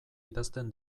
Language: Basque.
idazten